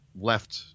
left